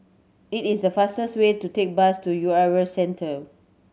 it is the fastest way to take bus to U R A Centre